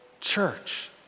church